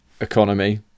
economy